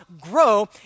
grow